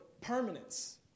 permanence